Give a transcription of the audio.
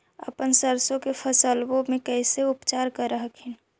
अपन सरसो के फसल्बा मे कैसे उपचार कर हखिन?